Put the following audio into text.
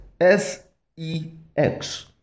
S-E-X